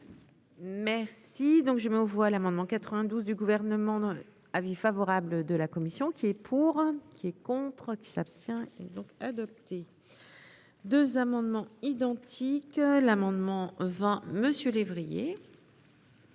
Merci donc je m'envoie l'amendement 92 du gouvernement dans l'avis favorable de la. Commission qui et pour qui est contre qui s'abstient et donc adopté. 2 amendements identiques. L'amendement vents monsieur